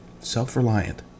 self-reliant